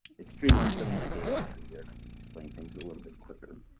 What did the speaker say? it's streamlined some of my data entry here and i can explain things a little bit quicker.